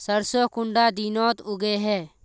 सरसों कुंडा दिनोत उगैहे?